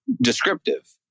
descriptive